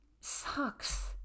sucks